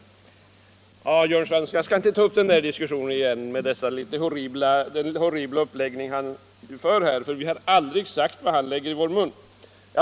Ja, jag skall nu inte ta upp den diskussionen igen med Jörn Svenssons — Nr 99 horribla uppläggning, aftorsom vi aldrig har sagt vad han lägger i vår Lördagen den mun.